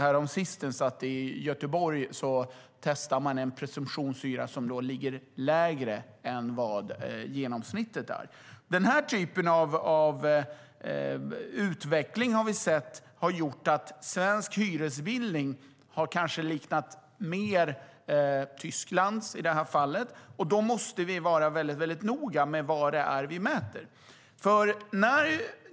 Häromsistens såg vi att man i Göteborg testar en presumtionshyra som ligger lägre än genomsnittet. Vi har sett att denna utveckling har gjort att hyresbildningen i Sverige kommit att likna den i Tyskland. Vi måste vara noga med vad det är vi mäter.